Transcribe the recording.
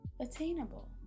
attainable